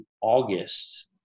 August